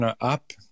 up